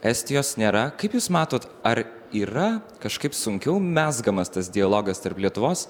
estijos nėra kaip jūs matot ar yra kažkaip sunkiau mezgamas tas dialogas tarp lietuvos